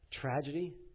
tragedy